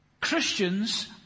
Christians